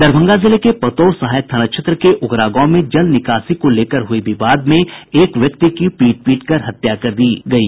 दरभंगा जिले के पतोर सहायक थाना क्षेत्र के उघरा गांव में जल निकासी को लेकर हुए विवाद में एक व्यक्ति की पीट पीटकर हत्या कर दी गयी